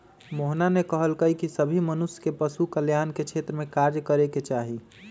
मोहना ने कहल कई की सभी मनुष्य के पशु कल्याण के क्षेत्र में कार्य करे के चाहि